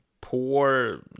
poor